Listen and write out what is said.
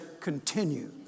continue